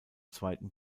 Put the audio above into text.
zweiten